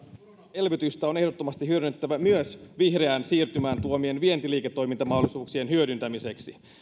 elvytystä on ehdottomasti hyödynnettävä myös vihreän siirtymän tuomien vientiliiketoimintamahdollisuuksien hyödyntämiseksi